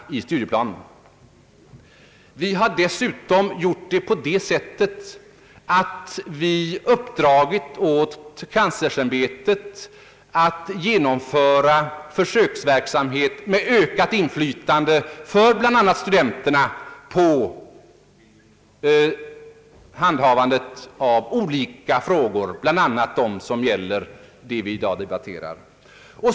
Vi har dessutom upp dragit åt kanslersämbetet att genomföra försöksverksamhet med ökat inflytande för bl.a. studenterna på olika frågor, t.ex. de som gäller vad vi i dag debatterar.